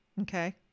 Okay